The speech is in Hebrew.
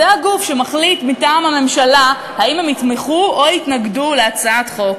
זה הגוף שמחליט מטעם הממשלה אם הם יתמכו או יתנגדו להצעת חוק,